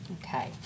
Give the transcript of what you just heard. Okay